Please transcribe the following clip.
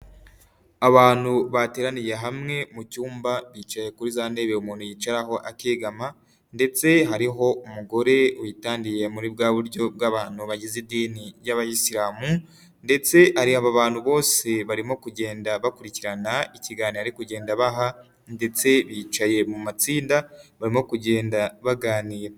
Abantu bateraniye hamwe mu cyumba bicaye kuri za ntebe umuntu yicaraho akegama, ndetse hariho umugore witandiye muri bwa buryo bw'abantu bagize idini y'Abayisilamu, ndetse abo abantu bose barimo kugenda bakurikirana ikiganiro ari kugenda abaha, ndetse bicaye mu matsinda barimo kugenda baganira.